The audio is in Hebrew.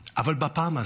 אבל בפעם הזאת